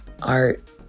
art